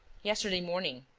yesterday morning.